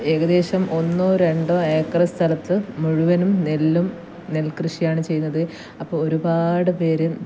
ഏകദേശം ഒന്നോ രണ്ടോ ഏക്കർ സ്ഥലത്ത് മുഴുവനും നെല്ലും നെൽകൃഷിയാണ് ചെയ്യുന്നത് അപ്പോ ഒരുപാട് പേർ